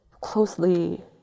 closely